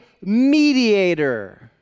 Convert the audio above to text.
mediator